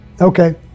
Okay